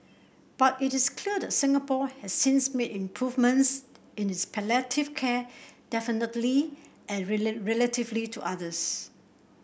but it is clear that Singapore has since made improvements in its palliative care definitively and relatively to others